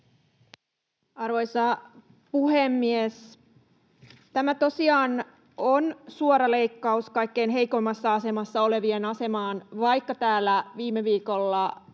Arvoisa puhemies! Tämä tosiaan on suora leikkaus kaikkein heikoimmassa asemassa olevien asemaan. Vaikka täällä viime viikolla